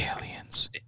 aliens